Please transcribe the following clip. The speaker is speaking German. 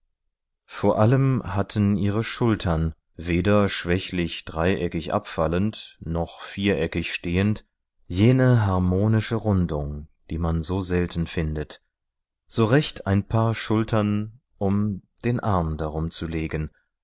vor allem hatten ihre schultern weder schwächlich dreieckig abfallend noch viereckig stehend jene harmonische rundung die man so selten findet so recht ein paar schultern um den arm darum zu legen